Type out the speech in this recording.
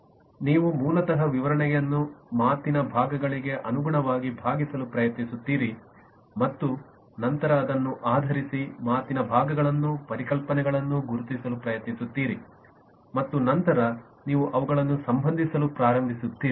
ನೀವು ಮೂಲತಃ ವಿವರಣೆಯನ್ನು ಮಾತಿನ ಭಾಗಗಳಿಗೆ ಅನುಗುಣವಾಗಿ ಭಾಗಿಸಲು ಪ್ರಯತ್ನಿಸುತ್ತೀರಿ ಮತ್ತು ನಂತರ ಅದನ್ನು ಆಧರಿಸಿ ಮಾತಿನ ಭಾಗಗಳನ್ನೂ ಪರಿಕಲ್ಪನೆಗಳನ್ನು ಗುರುತಿಸಲು ಪ್ರಯತ್ನಿಸುತ್ತೀರಿ ಮತ್ತು ನಂತರ ನೀವು ಅವುಗಳನ್ನು ಸಂಬಂಧಿಸಲು ಪ್ರಾರಂಭಿಸುತ್ತೀರಿ